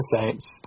Saints